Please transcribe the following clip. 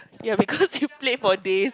ya because you played for days